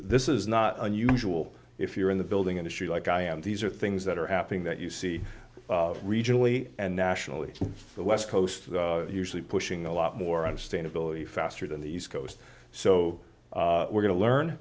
this is not unusual if you're in the building industry like i am these are things that are happening that you see regionally and nationally the west coast usually pushing a lot more understandability faster than the east coast so we're going to learn